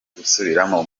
gusubiramo